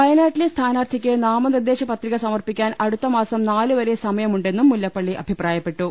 വയനാട്ടിലെ സ്ഥാനാർത്ഥിക്ക് നാമനിർദേശ പത്രിക സമർപ്പിക്കാൻ അടുത്തമാസം നാലുവരെ സമയമുണ്ടെന്നും മുല്ലപ്പള്ളി അഭിപ്രായപ്പെട്ടു